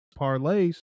parlays